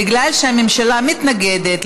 בגלל שהממשלה מתנגדת,